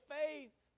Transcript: faith